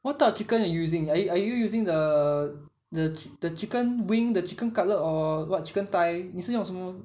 what type of chicken you using are you using the chic~ the chicken wing the chicken cutlet or what chicken thigh 你是用什么